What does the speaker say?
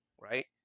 right